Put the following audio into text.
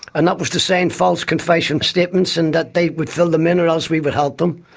and that was to sign false confession statements, and that they would fill them in or else we would help them.